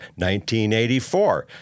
1984